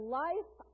life